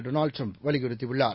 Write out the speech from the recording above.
டொனால்ட்டிரம்ப்வலியுறுத்தியுள்ளார்